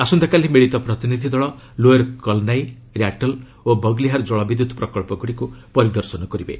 ଆସନ୍ତାକାଲି ମିଳିତ ପ୍ରତିନିଧି ଦଳ ଲୋୟର କଲନାଇ ର୍ୟାଟେଲ୍ ଓ ବଗ୍ଲିହାଲ୍ ଜଳ ବିଦ୍ୟୁତ୍ ପ୍ରକଳ୍ପଗୁଡ଼ିକୁ ପରିଦର୍ଶନ କରିବେ